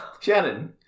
Shannon